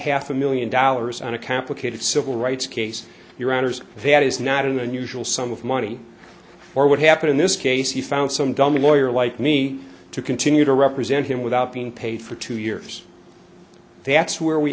half a million dollars on a complicated civil rights case your honour's that is not an unusual sum of money or what happened in this case you found some dumb lawyer like me to continue to represent him without being paid for two years that's where we